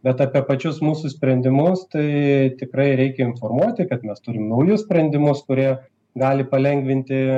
bet apie pačius mūsų sprendimus tai tikrai reikia informuoti kad mes turim naujus sprendimus kurie gali palengvinti